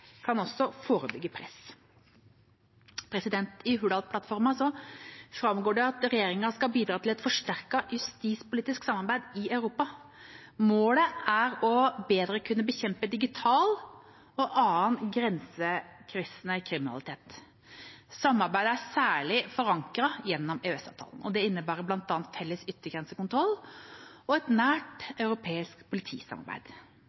kan også forebygge press. I Hurdalsplattformen framgår det at regjeringa skal bidra til et forsterket justispolitisk samarbeid i Europa. Målet er bedre å kunne bekjempe digital og annen grensekryssende kriminalitet. Samarbeidet er særlig forankret gjennom Schengen-avtalen. Det innebærer bl.a. felles yttergrensekontroll og et